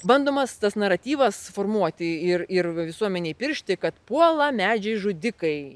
bandomas tas naratyvas formuoti ir ir visuomenei įpiršti kad puola medžiai žudikai